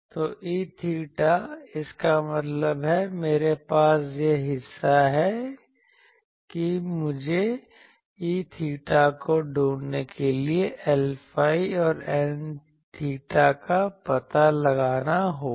तो E𝚹 इसका मतलब है मेरे पास यह हिस्सा है कि मुझे E𝚹 को ढूंढने के लिए Lϕ और N𝚹 का पता लगाना होगा